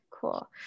Cool